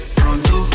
Pronto